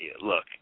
look